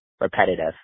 repetitive